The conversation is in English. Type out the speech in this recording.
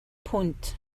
punt